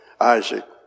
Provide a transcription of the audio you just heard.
Isaac